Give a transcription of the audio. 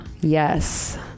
Yes